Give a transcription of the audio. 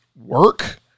work